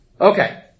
Okay